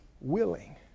willing